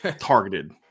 targeted